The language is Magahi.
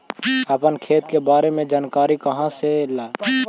अपन खाता के बारे मे जानकारी कहा से ल?